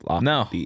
no